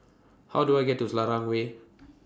How Do I get to Selarang Way